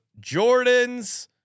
Jordans